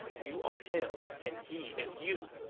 you are him, and he is you.